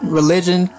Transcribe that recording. religion